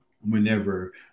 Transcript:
whenever